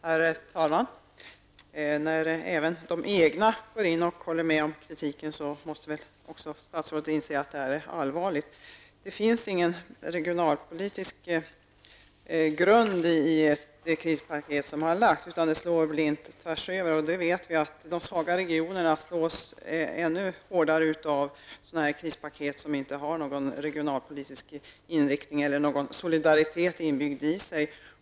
Herr talman! När även de egna går in och håller med om kritiken så måste väl också statsrådet inse att det här är allvarligt. Det finns ingen regionalpolitisk grund i det krispaket som har lagts fram, utan det slår blint. Vi vet att de svagare regionerna drabbas ännu hårdare av krispaket som inte har någon regionalpolitisk inriktning eller någon solidaritet inbyggd i sig.